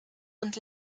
und